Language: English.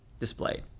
Displayed